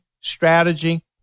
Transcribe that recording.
strategy